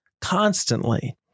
constantly